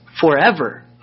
forever